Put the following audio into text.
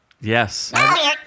Yes